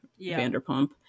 vanderpump